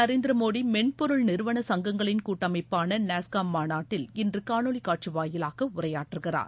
நரேந்திர மோடி மென்பொருள் நிறுவன சங்கங்களின் கூட்டமைப்பான நாஸ்காம் மாநாட்டில் இன்று காணொலிக் காட்சி வாயிலாக உரையாற்றுகிறார்